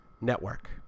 Network